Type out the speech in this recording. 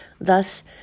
Thus